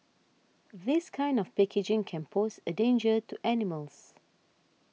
this kind of packaging can pose a danger to animals